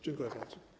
Dziękuję bardzo.